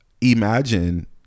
Imagine